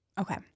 Okay